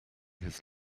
his